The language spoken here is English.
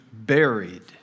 buried